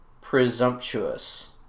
presumptuous